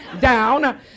down